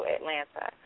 Atlanta